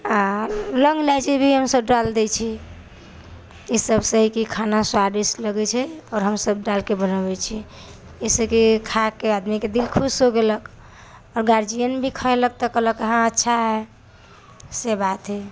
आ लौङ्ग इलायची भी हमसब डाल दै छी ई सब से खाना स्वादिष्ट लगैत छै आओर हमसब डालिके बनाबैत छियै एहि से की खायके आदमीके दिल खुश हो गेलक आओर गार्जियन भी खैलक तऽ कहलक हँ अच्छा हइ से बात हइ